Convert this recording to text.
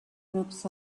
groups